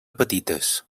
petites